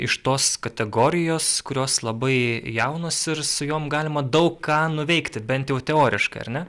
iš tos kategorijos kurios labai jaunos ir su jom galima daug ką nuveikti bent jau teoriškai ar ne